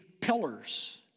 pillars